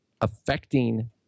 affecting